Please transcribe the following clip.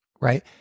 Right